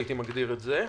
הייתי מגדיר את זה.